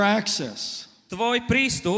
access